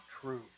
true